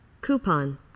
Coupon